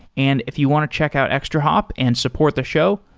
and if you want to check out extrahop and support the show,